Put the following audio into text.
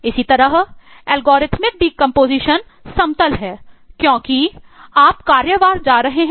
इसी तरह algorithmic decomposition को ले सकता है